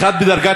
אחד בדרגת